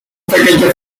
pequeños